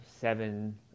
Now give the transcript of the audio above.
seven